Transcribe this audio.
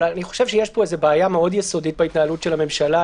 אבל אני חושב שיש פה איזו בעיה מאוד יסודית בהתנהלות של הממשלה.